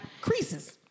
creases